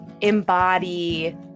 embody